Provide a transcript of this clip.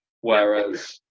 whereas